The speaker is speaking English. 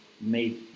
made